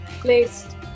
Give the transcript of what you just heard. placed